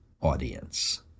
audience